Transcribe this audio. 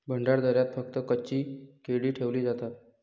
भंडारदऱ्यात फक्त कच्ची केळी ठेवली जातात